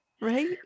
Right